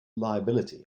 liability